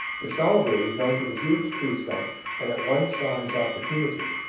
de salaberry mounted a huge tree-stump and at once saw his opportunity.